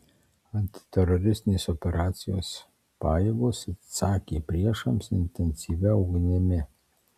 antiteroristinės operacijos pajėgos atsakė priešams intensyvia ugnimi